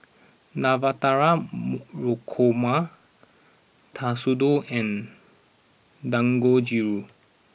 Navratan mo Korma Katsudon and Dangojiru